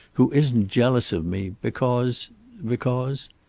who isn't jealous of me, because because.